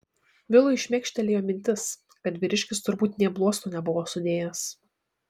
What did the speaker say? vilui šmėkštelėjo mintis kad vyriškis turbūt nė bluosto nebuvo sudėjęs